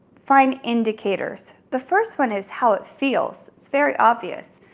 find indicators. the first one is how it feels. it's very obvious.